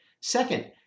Second